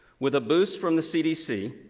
with a boost from the cbc,